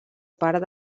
part